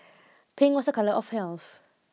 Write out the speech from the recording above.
pink was a colour of health